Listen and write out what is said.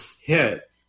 hit